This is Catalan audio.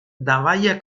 davalla